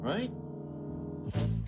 right